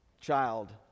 child